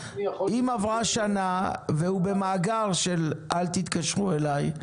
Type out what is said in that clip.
אם עברה שנה והוא במאגר של "אל תתקשרו אליי",